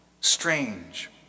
strange